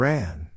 Ran